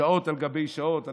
ושעות על גבי שעות.